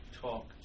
talk